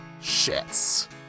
shits